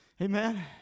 Amen